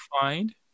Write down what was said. find